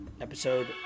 Episode